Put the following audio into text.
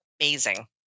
Amazing